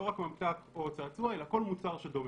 לא רק ממתק או צעצוע אלא כל מוצר שדומה.